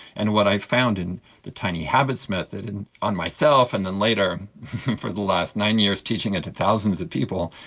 and what i found in the tiny habits method and on myself and then later for the last nine years teaching it to thousands of people,